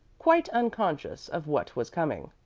quite unconscious of what was coming.